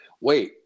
Wait